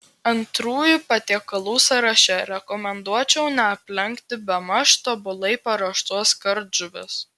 antrųjų patiekalų sąraše rekomenduočiau neaplenkti bemaž tobulai paruoštos kardžuvės